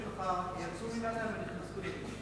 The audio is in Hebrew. (לא נקראה, נמסרה לפרוטוקול)